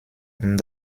und